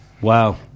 Wow